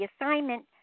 assignment